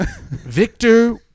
Victor